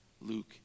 Luke